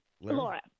Laura